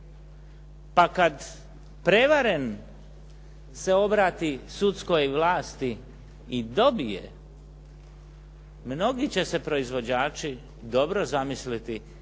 pa kada prevaren se obrati sudskoj vlasti i dobije, mnogi će se proizvođači dobro zamisliti